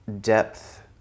depth